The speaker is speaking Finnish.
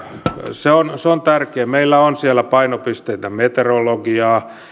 se on se on tärkeä meillä on siellä painopisteitä meteorologiaa